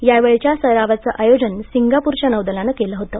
यावेळच्या सरावाचं आयोजन सिंगापूरच्या नौदलानं केलं होतं